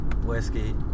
whiskey